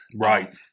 right